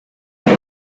tour